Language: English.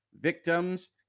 victims